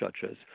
judges